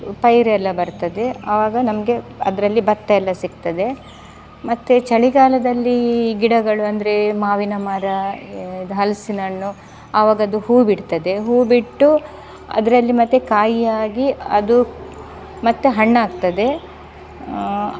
ಪೈರೆಲ್ಲ ಬರ್ತದೆ ಆವಾಗ ನಮಗೆ ಅದರಲ್ಲಿ ಭತ್ತ ಎಲ್ಲ ಸಿಕ್ತದೆ ಮತ್ತು ಚಳಿಗಾಲದಲ್ಲಿ ಗಿಡಗಳು ಅಂದರೆ ಮಾವಿನ ಮರ ಇದು ಹಲಸಿನಣ್ಣು ಆವಾಗ ಅದು ಹೂ ಬಿಡ್ತದೆ ಹೂ ಬಿಟ್ಟು ಅದರಲ್ಲಿ ಮತ್ತೆ ಕಾಯಿಯಾಗಿ ಅದು ಮತ್ತೆ ಹಣ್ಣಾಗ್ತದೆ